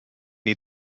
die